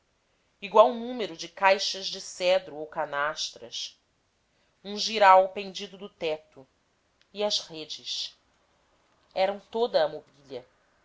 igual número de caixas de cedro ou canastras um jirau pendido do teto e as redes eram toda a mobília